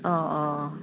অঁ অঁ